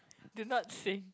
do not sing